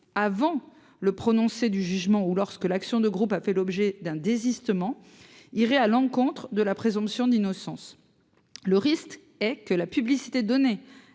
avant le prononcé du jugement ou lorsque l’action de groupe a fait l’objet d’un désistement, irait à l’encontre de la présomption d’innocence. La publicité donnée